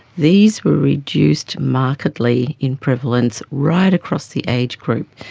these were reduced markedly in prevalence right across the age group.